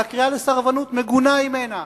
והקריאה לסרבנות מגונה הימנה,